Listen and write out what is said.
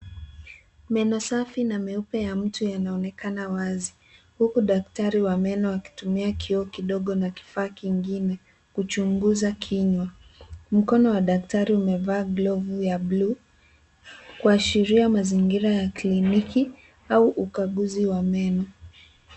Meno safi na meupe ya mtu yanaonekana wazi huku daktari wa meno akitumia kioo kidogo na kifaa kingine kuchunguza kinywa. Mkono aw daktari umevalia glovu ya bluu kuashiria mazingira ya kliniki au ukaguzi wa meno.